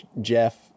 jeff